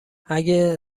اگه